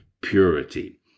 purity